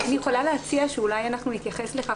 אני יכולה להציע שאולי נתייחס לכך